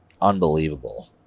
unbelievable